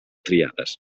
triades